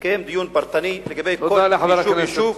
יתקיים דיון פרטני לגבי כל יישוב ויישוב,